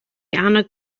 annog